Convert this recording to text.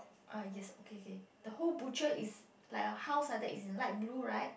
uh yes okay okay the whole butcher is like a house like that in light blue right